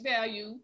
value